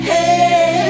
Hey